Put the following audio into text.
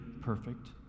perfect